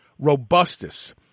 robustus